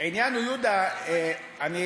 העניין הוא, יהודה, אני